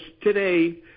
today